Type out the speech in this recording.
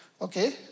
Okay